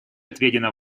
отведена